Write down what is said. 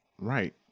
Right